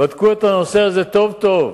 בדקו את הנושא הזה טוב טוב.